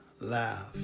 Laugh